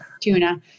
tuna